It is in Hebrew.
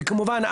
וכמובן,